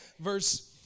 verse